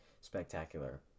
spectacular